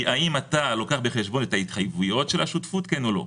האם אתה לוקח בחשבון את ההתחייבויות של השותפות או לא.